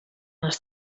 els